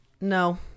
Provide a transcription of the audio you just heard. No